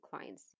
clients